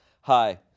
Hi